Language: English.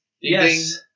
Yes